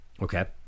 Okay